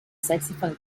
saxophone